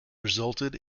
resulted